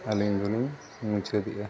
ᱟᱹᱞᱤᱧ ᱫᱚᱞᱤᱧ ᱢᱩᱪᱟᱹᱫᱮᱜᱼᱟ